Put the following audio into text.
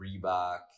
Reebok